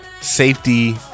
safety